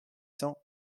cents